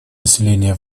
поселения